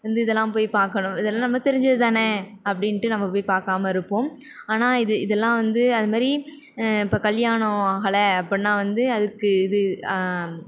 வந்து இதெல்லாம் போய் பார்க்கணும் இதெல்லாம் நமக்கு தெரிஞ்சதுதானே அப்படின்ட்டு நம்ம போய் பார்க்காம இருப்போம் ஆனால் இது இதெல்லாம் வந்து அதுமாதிரி இப்போ கல்யாணம் ஆகலை அப்படினா வந்து அதுக்கு இது